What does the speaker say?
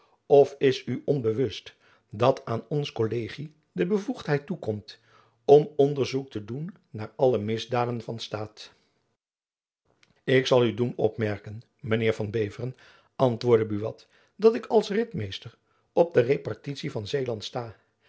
of is t u onbewust dat aan ons kollegie de bevoegdheid toekomt om onderzoek te doen naar alle misdaden van staat ik zal u doen opmerken mijn heer van beveren antwoordde buat dat ik als ritmeester op de repartitie van zeeland sta